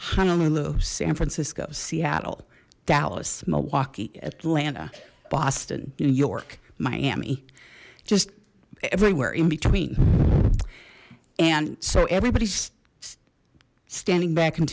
honolulu san francisco seattle dallas milwaukee atlanta boston new york miami just everywhere in between and so everybody's standing back